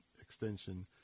Extension